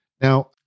Now